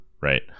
right